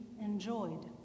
enjoyed